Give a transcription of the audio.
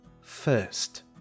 First